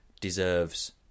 deserves